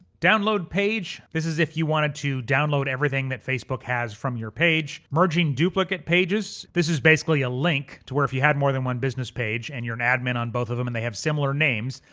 download page, this is if you wanted to download everything that facebook has from your page. merging duplicate pages, this is basically a link to where if you had more than one business page and you're an admin on both of them and they have similar names,